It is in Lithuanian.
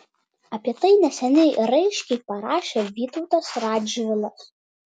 apie tai neseniai raiškiai parašė vytautas radžvilas